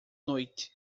noite